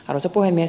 arvoisa puhemies